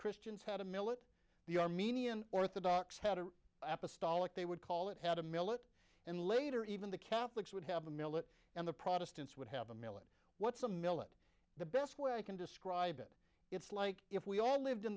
christians had a millet the armenian orthodox had an apple stall if they would call it had a millet and later even the catholics would have a millet and the protestants would have a millet what's a millet the best way i can describe it it's like if we all lived in